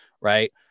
Right